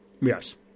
Yes